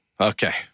Okay